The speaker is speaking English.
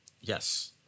Yes